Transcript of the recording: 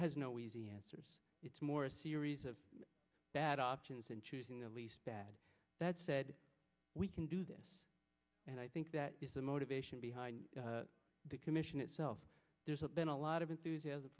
has no easy answers it's more a series of bad options and choosing the least bad that said we can do this and i think that is the motivation behind the commission itself there's a been a lot of enthusiasm